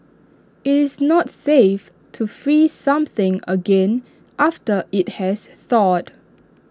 IT is not safe to freeze something again after IT has thawed